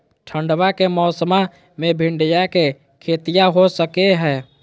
ठंडबा के मौसमा मे भिंडया के खेतीया हो सकये है?